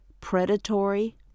predatory